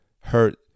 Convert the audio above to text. hurt